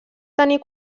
tenir